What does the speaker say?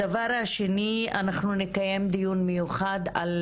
הדבר השני: אנחנו נקיים דיון מיוחד על